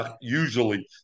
usually